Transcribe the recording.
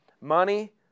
Money